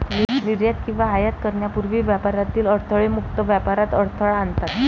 निर्यात किंवा आयात करण्यापूर्वी व्यापारातील अडथळे मुक्त व्यापारात अडथळा आणतात